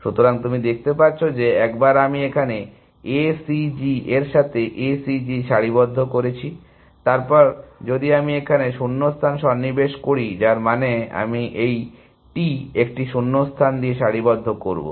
সুতরাং তুমি দেখতে পাচ্ছ যে একবার আমি এখানে A C G এর সাথে A C G সারিবদ্ধ করেছি তারপর যদি আমি এখানে শূন্যস্থান সন্নিবেশ করি যার মানে আমি এই T একটি শূন্যস্থান দিয়ে সারিবদ্ধ করব